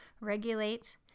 regulate